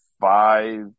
five